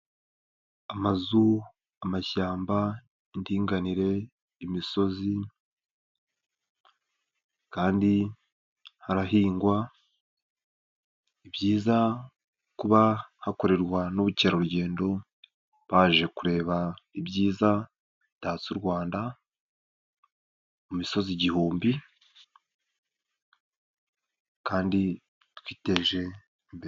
Amazu, amashyamba, indinganire, imisozi kandi harahingwa, ni byiza kuba hakorerwa n'ubukerarugendo baje kureba ibyiza bitatse u Rwanda mu misozi igihumbi kandi twiteje imbere.